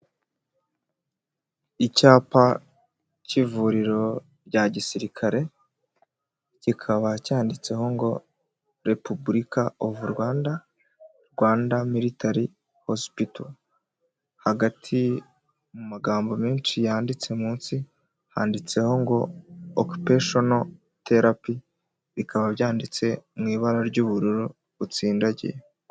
Icyapa cy'ivuriro rya gisirikare kikaba cyanditseho ngo repubulika ovu Rwanda, Rwanda militari hosipito, hagati mu magambo menshi yanditse munsi, handitseho ngo okipesheno terapi bikaba byanditse mu ibara ry'ubururu butsindagiye.